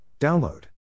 Download